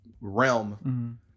realm